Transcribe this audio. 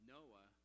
Noah